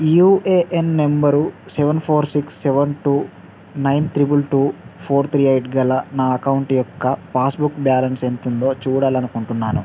UAN నంబరు seven four six seven two nine triple two four three eight గల నా account యొక్క passbook balance ఎంతుందో చూడాలనుకుంటున్నాను